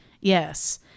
Yes